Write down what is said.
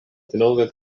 denove